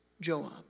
Joab